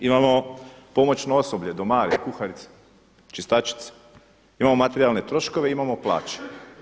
Imamo pomoćno osoblje – domare, kuharice, čistačice, imamo materijalne troškove, imamo plaće.